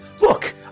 Look